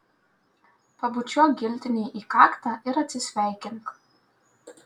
pabučiuok giltinei į kaktą ir atsisveikink